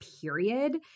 period